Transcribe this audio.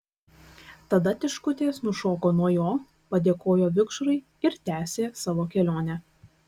tada tiškutės nušoko nuo jo padėkojo vikšrui ir tęsė savo kelionę